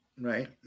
Right